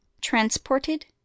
transported